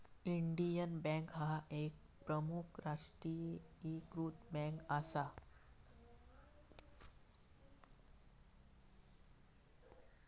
Indian bank ह्या एक प्रमुख राष्ट्रीयीकृत बँक असा